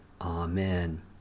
Amen